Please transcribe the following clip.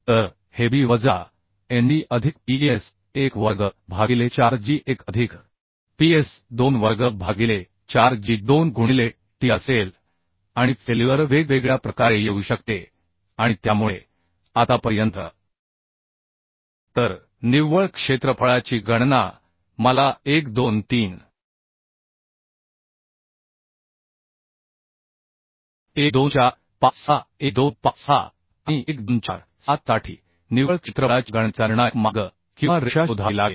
तर हे b वजा nd अधिक PS 1 वर्ग भागिले 4 g1 अधिक PS 2 वर्ग भागिले 4 g2 गुणिले t असेल आणि फेल्युअर वेगवेगळ्या प्रकारे येऊ शकते तर निव्वळ क्षेत्रफळाची गणना मला 1 2 3 1 2 4 5 6 1 2 5 6 आणि 1 2 4 7 साठी निव्वळ क्षेत्रफळाच्या गणनेचा निर्णायक मार्ग किंवा रेषा शोधावी लागेल